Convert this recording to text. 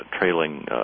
trailing